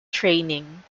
training